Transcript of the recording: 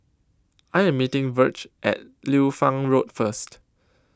I Am meeting Virge At Liu Fang Road First